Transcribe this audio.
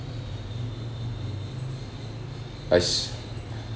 I s~